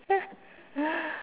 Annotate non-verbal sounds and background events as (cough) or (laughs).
(laughs)